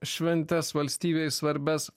šventes valstybei svarbias